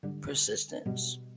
Persistence